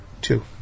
Two